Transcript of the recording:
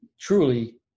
truly